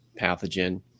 pathogen